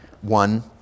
One